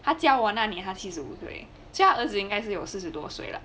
他教我那年他七十五岁 leh 教他儿子应该有四十多岁了